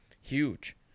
huge